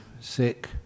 sick